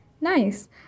Nice